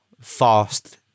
fast